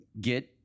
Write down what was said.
get